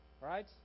Right